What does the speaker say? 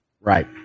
Right